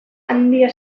handia